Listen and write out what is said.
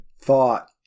thought